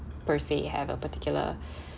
per say have a particular